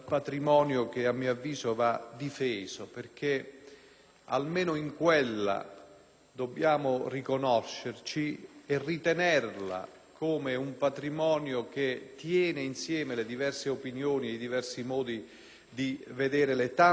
dobbiamo riconoscerci e ritenerla come un patrimonio che tiene insieme le diverse opinioni e i diversi modi di vedere le tante questioni, le tante sofferenze e i tanti problemi del nostro Paese.